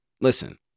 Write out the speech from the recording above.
Listen